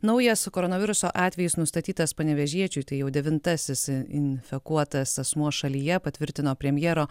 naujas koronaviruso atvejis nustatytas panevėžiečiui tai jau devintasis infekuotas asmuo šalyje patvirtino premjero